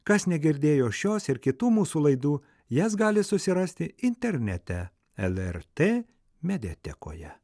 kas negirdėjo šios ir kitų mūsų laidų jas gali susirasti internete lrt mediatekoje